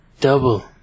Double